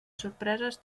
sorpreses